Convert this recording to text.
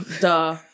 Duh